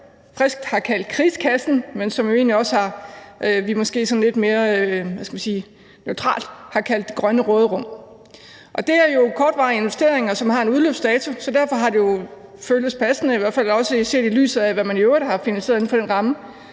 friskt har kaldt krigskassen, men som vi jo egentlig også sådan lidt mere neutralt har kaldt det grønne råderum. Det er jo kortvarige investeringer, som har en udløbsdato, så derfor har det jo føltes passende, i hvert fald også set i lyset af hvad man i øvrigt har finansieret inden for den ramme,